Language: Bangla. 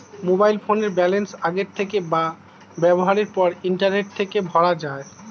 মোবাইল ফোনের ব্যালান্স আগের থেকে বা ব্যবহারের পর ইন্টারনেট থেকে ভরা যায়